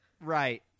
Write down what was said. Right